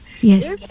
yes